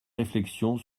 réflexion